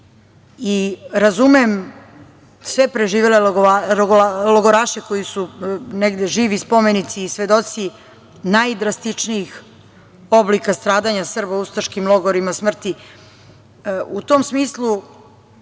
i razumem sve preživele logoraše koji su negde živi spomenici i svedoci najdrastičnijih oblika stradanja Srba u ustaškim logorima smrti.U tom smislu,